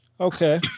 Okay